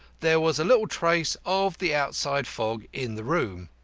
there was little trace of the outside fog in the room.